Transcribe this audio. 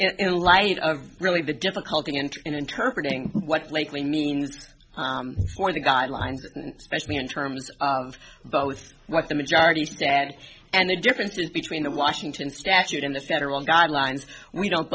in light of really the difficulty and interpretating what likely means for the guidelines specially in terms of both what the majority is dead and the differences between the washington statute and the federal guidelines we don't